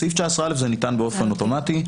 בסעיף 19א זה ניתן באופן אוטומטי.